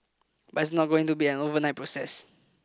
but it's not going to be an overnight process